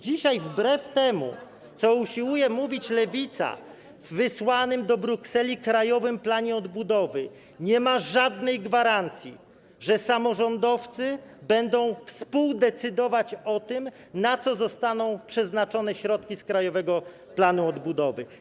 Dzisiaj, wbrew temu, co usiłuje mówić Lewica, w wysłanym do Brukseli Krajowym Planie Odbudowy nie ma żadnej gwarancji, że samorządowcy będą współdecydować o tym, na co zostaną przeznaczone środki z Krajowego Planu Odbudowy.